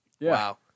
Wow